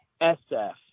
sf